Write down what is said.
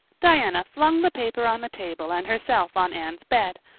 diana flung the paper on the table and herself on anne's bed,